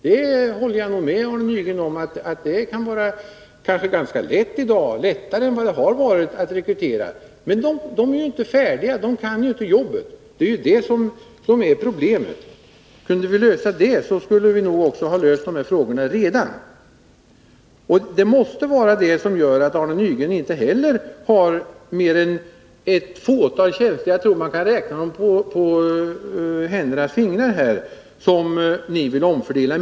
Jag håller nog med Arne Nygren om att det kan vara ganska lätt i dag — lättare än vad det har varit — att rekrytera. Men dessa nya är ju inte färdiga när de kommer, de kan inte jobbet — det är problemet. Om vi hade en lösning på det så skulle nog den här frågan ha varit avklarad tidigare. Det måste vara detta som gör att ni inte heller har mer än ett fåtal tjänster mer än vi — jag tror att man kan räkna dem på händernas fingrar — som ni vill omfördela.